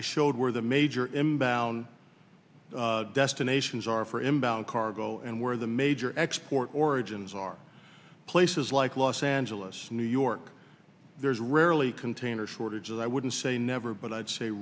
i showed where the major imbalance destinations are for him bound cargo and where the major export origins are places like los angeles new york there's rarely container shortages i wouldn't say never but i'd say